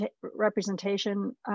representation